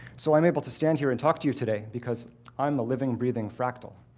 so i'm able to stand here and talk to you today, because i'm a living, breathing fractal.